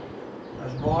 singapore turf club